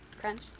Crunch